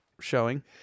showing